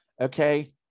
Okay